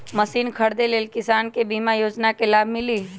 Machine खरीदे ले किसान के बीमा योजना के लाभ मिली?